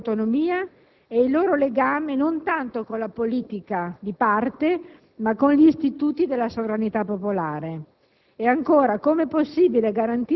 Quali sono oggi gli strumenti di questa autonomia e il loro legame, non tanto con la politica di parte, ma con gli istituti della sovranità popolare?